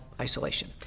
isolation